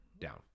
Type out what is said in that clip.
down